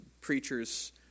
preachers